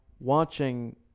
Watching